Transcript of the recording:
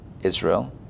Israel